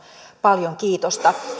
paljon kiitosta